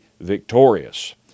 victorious